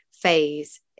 phase